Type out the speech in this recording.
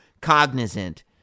cognizant